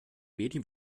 medien